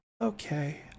okay